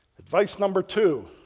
advice number two